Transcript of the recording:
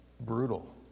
brutal